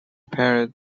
peered